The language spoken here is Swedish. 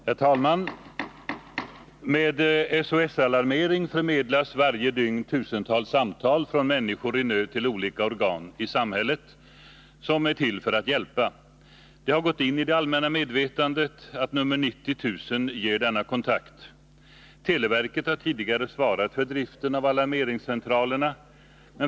Herr talman! Med SOS-alarmering förmedlas varje dygn tusentals samtal från människor i nöd till olika organ i samhället som är till för att hjälpa. Det har gått in i det allmänna medvetande att nr 90 000 ger denna kontakt. Televerket har tidigare svarat för driften av alarmeringscentralerna.